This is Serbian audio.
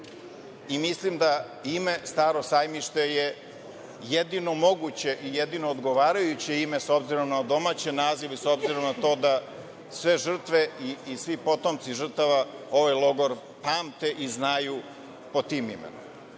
Jevreje. Mislim da ime „Staro sajmište“ je jedino moguće i jedino odgovarajuće ime, s obzirom na odomaćen naziv i s obzirom na to da sve žrtve i svi potomci žrtava ovaj logor pamte i znaju pod tim imenom. Drugu